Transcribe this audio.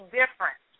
different